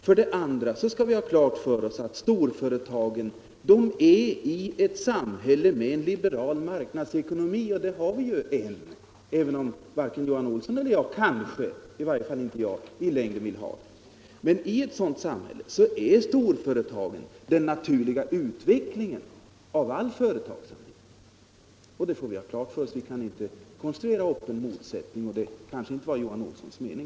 För det andra skall vi ha klart för oss att storföretagen fungerar i ett samhälle med en liberal marknadsekonomi, och en sådan har vi ju, även om varken herr Johan Olsson eller jag — i varje fall inte jag — i längden vill ha den. Men i ett sådant samhälle innebär storföretagen den naturliga utvecklingen av all företagsamhet. Vi kan inte konstruera upp en sådan motsättning. Det var kanske inte heller herr Johan Olssons mening.